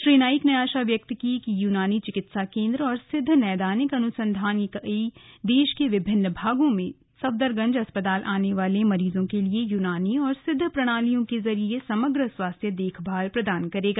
श्री नाइक ने आशा व्यक्त की कि यूनानी चिकित्सा केन्द्र और सिद्ध नैदानिक अनुसंधान इकाई देश के विभिन्न भागों से सफदरजंग अस्पताल आने वाले मरीजों के लिए यूनानी और सिद्ध प्रणालियों के जरिए समग्र स्वास्थ्य देखभाल प्रदान करेगा